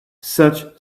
such